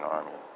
Army